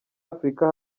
afurika